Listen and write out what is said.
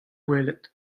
welet